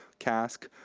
casc.